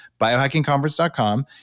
BiohackingConference.com